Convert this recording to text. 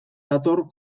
dator